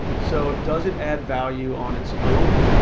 so does it add value on its own?